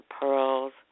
pearls